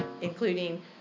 including